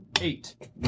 eight